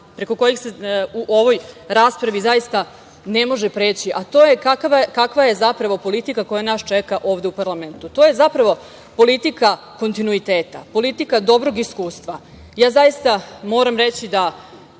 preko kojih se u ovoj raspravi zaista ne može preći, a to je kakva je zapravo politika koja nas čeka ovde u parlamentu. To je zapravo politika kontinuiteta, politika dobrog iskustva. Zaista moram reći da